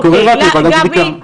אני קורא להקים ועדת בדיקה.